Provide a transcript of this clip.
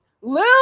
Lil